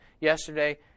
yesterday